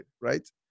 Right